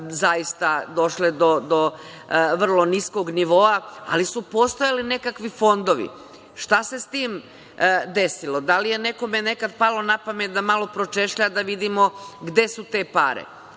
zaista došle do vrlo niskog nivoa, ali su postojali nekakvi fondovi. Šta se sa tim desilo? Da li je nekada nekome palo na pamet da malo pročešlja da vidimo gde su te